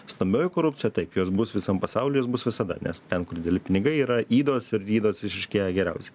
stambioji korupcija taip jos bus visam pasauly jos bus visada nes ten kur dideli pinigai yra ydos ir ydos išryškėja geriausiai